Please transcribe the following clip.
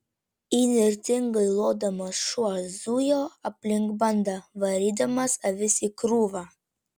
įnirtingai lodamas šuo zujo aplink bandą varydamas avis į krūvą